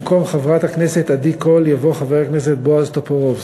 במקום חברת הכנסת עדי קול יבוא חבר הכנסת בועז טופורובסקי.